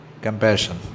Compassion